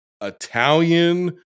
italian